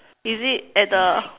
is it at the